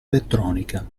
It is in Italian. elettronica